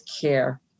care